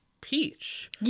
peach